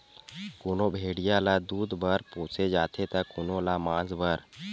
कोनो भेड़िया ल दूद बर पोसे जाथे त कोनो ल मांस बर